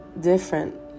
different